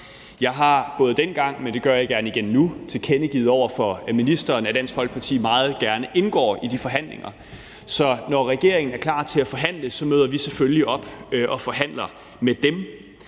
jeg gerne igen nu – tilkendegivet over for ministeren, at Dansk Folkeparti meget gerne indgår i de forhandlinger. Så når regeringen er klar til at forhandle, møder vi selvfølgelig op og forhandler med dem.